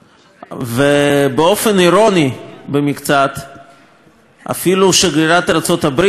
ובאופן אירוני במקצת אפילו שגרירת ארצות-הברית באו"ם,